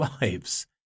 lives